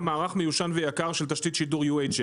מערך מיושן ויקר של תשתית שידור UHF,